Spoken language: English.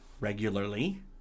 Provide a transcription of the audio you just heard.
Regularly